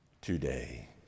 today